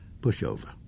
Pushover